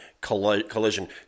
collision